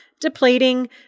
depleting